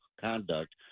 conduct